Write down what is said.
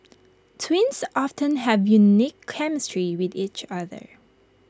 twins often have unique chemistry with each other